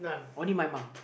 only my mum